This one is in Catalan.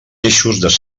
eixos